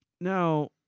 Now